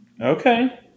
Okay